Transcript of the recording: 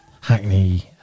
Hackney